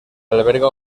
alberga